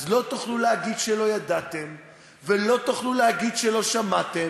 אז לא תוכלו להגיד שלא ידעתם ולא תוכלו להגיד שלא שמעתם,